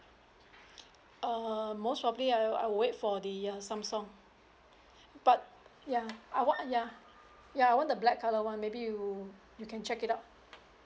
err most probably I'll I will wait for the uh Samsung but ya I want ya ya I want the black colour one maybe you you can check it out